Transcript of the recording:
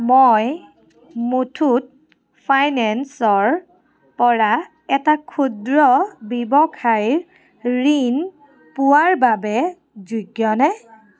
মই মুথুত ফাইনেন্সৰ পৰা এটা ক্ষুদ্ৰ ৱ্যৱসায়ৰ ঋণ পোৱাৰ বাবে যোগ্যনে